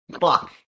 Fuck